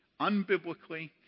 unbiblically